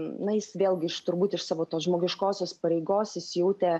na jis vėlgi iš turbūt iš savo tos žmogiškosios pareigos jis jautė